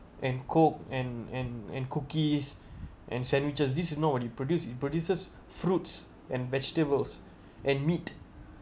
and coke and and and cookies and sandwiches this you know it produce it produces fruits and vegetables and meat